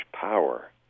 power